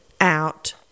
out